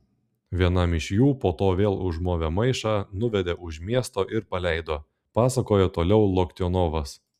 vienam iš jų po to vėl užmovė maišą nuvedė už miesto ir paleido pasakojo toliau loktionovas